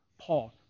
Paul